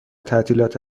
تعطیلات